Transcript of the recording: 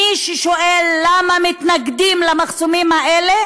מי ששואל למה מתנגדים למחסומים האלה,